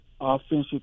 offensive